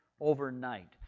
Overnight